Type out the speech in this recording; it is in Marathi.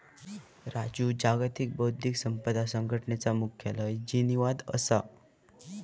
राजू जागतिक बौध्दिक संपदा संघटनेचा मुख्यालय जिनीवात असा